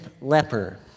leper